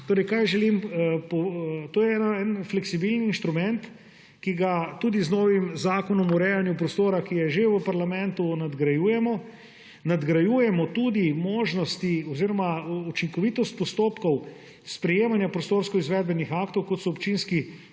To je en fleksibilen inštrument, ki ga tudi z novim Zakonom o urejanju prostora, ki je že v parlamentu, nadgrajujemo. Nadgrajujemo tudi možnosti oziroma učinkovitost postopkov sprejemanja prostorskih izvedbenih aktov, kot so občinski